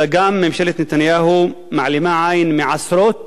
אלא ממשלת נתניהו גם מעלימה עין מעשרות